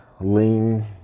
lean